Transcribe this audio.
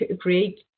create